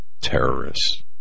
terrorists